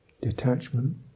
detachment